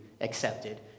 accepted